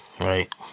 right